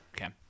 okay